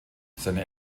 seine